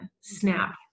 snap